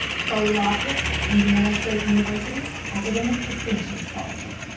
chloe loftus, indiana state university, academic distinction scholarship.